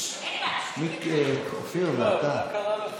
אופיר, זה אתה?